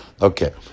Okay